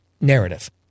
narrative